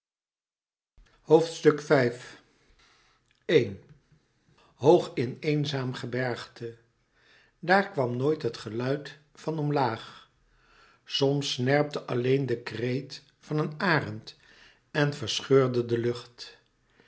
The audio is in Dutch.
couperus metamorfoze hoog in eenzaam gebergte daar kwam nooit het geluid van omlaag soms snerpte alleen de kreet van een arend en verscheurde de lucht